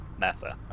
NASA